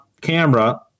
camera